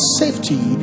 safety